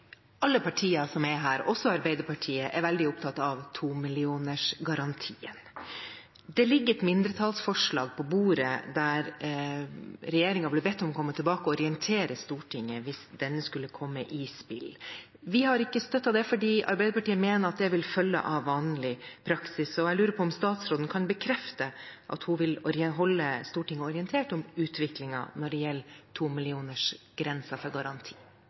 Alle partier som er her, også Arbeiderpartiet, er veldig opptatt av 2-millionersgarantien. Det ligger et mindretallsforslag på bordet der regjeringen blir bedt om å komme tilbake og orientere Stortinget hvis denne skulle komme i spill. Vi har ikke støttet det fordi Arbeiderpartiet mener det vil følge av vanlig praksis, så jeg lurer på om statsråden kan bekrefte at hun vil holde Stortinget orientert om utviklingen når det gjelder 2-millionersgrensen for garanti.